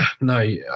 no